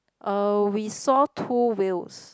uh we saw two whales